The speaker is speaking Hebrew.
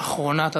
אחרונת הדוברים.